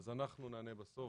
בסדר גמור, אנחנו נענה בסוף.